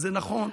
אז נכון,